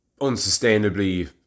unsustainably